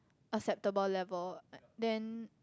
acceptable level then